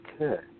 Okay